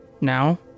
Now